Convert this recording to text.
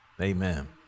Amen